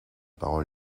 parole